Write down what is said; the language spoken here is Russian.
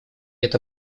эта